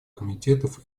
комитетов